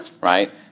right